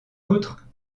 outre